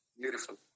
Beautiful